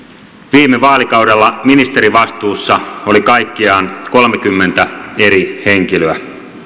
viime vaalikaudella ministerivastuussa oli kaikkiaan kolmekymmentä eri henkilöä